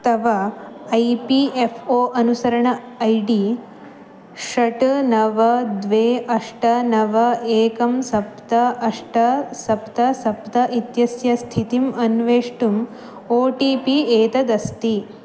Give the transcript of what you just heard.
तव I P F O अनुसरण I D षट् नव द्वे अष्ट नव एकं सप्त अष्ट सप्त सप्त इत्यस्य स्थितिम् अन्वेष्टुम् ओ टी पि एतदस्ति